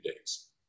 days